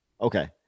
Okay